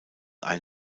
ein